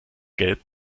gelb